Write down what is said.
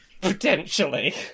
potentially